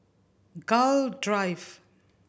Gul Drive